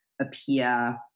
appear